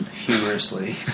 humorously